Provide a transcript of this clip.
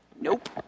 Nope